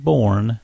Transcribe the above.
Born